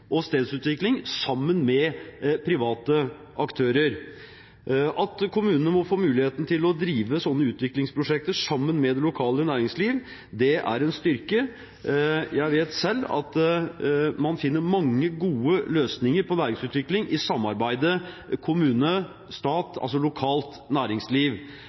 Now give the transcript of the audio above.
og stedsutvikling sammen med private aktører. At kommunene får muligheten til å drive slike utviklingsprosjekter sammen med det lokale næringslivet, er en styrke. Jeg vet selv at man finner mange gode løsninger på næringsutvikling i et samarbeid mellom kommune, stat og lokalt næringsliv,